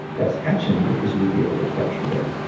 that's action, because you would be able to capture that.